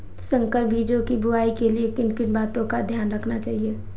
संकर बीजों की बुआई के लिए किन किन बातों का ध्यान रखना चाहिए?